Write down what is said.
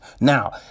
Now